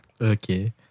Okay